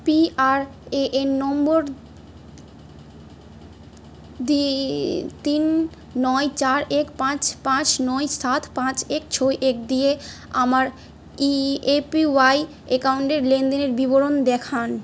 PRAN নম্বর তি তিন নয় চার এক পাঁচ পাঁচ নয় সাত পাঁচ এক ছয় এক দিয়ে আমার ইএপিওয়াই একাউন্টের লেনদেনের বিবরণ দেখান